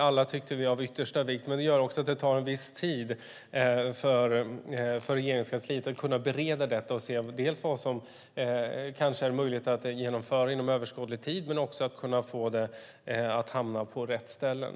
Alla tyckte vi var av yttersta vikt. Men det gör också att det tar en viss tid för Regeringskansliet att kunna bereda detta och se vad som kanske är möjligt att genomföra inom överskådlig tid, men också att kunna få det att hamna på rätt ställen.